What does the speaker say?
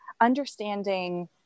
understanding